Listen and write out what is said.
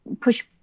push